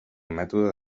mètode